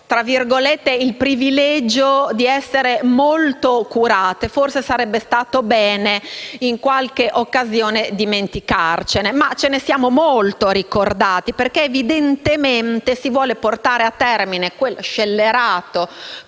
il "privilegio" di essere molto curate. Forse sarebbe stato bene in qualche occasione dimenticarcene, e invece le abbiamo ricordate sin troppo perché evidentemente si vuole portare a termine quel progetto